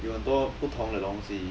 有很多不同的东西